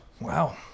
wow